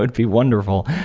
but be wonderful.